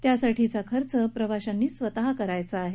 यासाठीचा खर्च प्रवाशांनी स्वत करायचा आहे